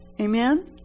Amen